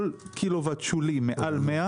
כל קילו-וואט שולי מעט 100